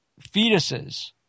fetuses